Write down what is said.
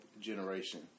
generation